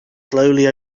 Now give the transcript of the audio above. slowly